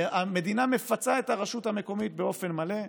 המדינה מפצה את הרשות המקומית באופן מלא.